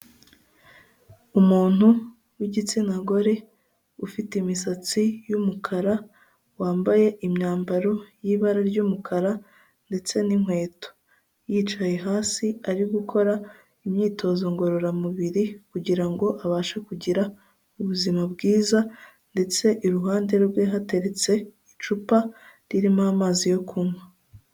Umuntu w'igitsina gore ufite imisatsi y'umukara wambaye imyambaro y'ibara ry'umukara ndetse n'inkweto, yicaye hasi ari gukora imyitozo ngororamubiri kugirango abashe kugira ubuzima bwiza, ndetse iruhande rwe hateretse icupa ririmo amazi yo kunywa.